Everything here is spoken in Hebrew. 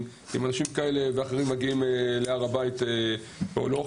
אם אנשים כאלה ואחרים מגיעים להר הבית או לא.